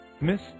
Miss